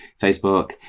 Facebook